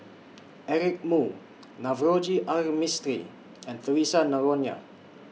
Eric Moo Navroji R Mistri and Theresa Noronha